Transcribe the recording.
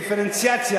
ודיפרנציאציה,